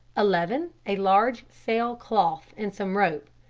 eleven. a large sail cloth and some rope.